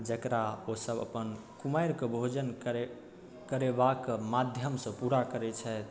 जकरा ओसभ आपन कुमारिके भोजन करे करेबाक माध्यमसँ पूरा करै छथि